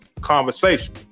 conversation